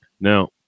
Now